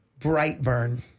*Brightburn*